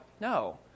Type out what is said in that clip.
No